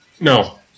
No